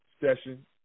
session